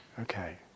Okay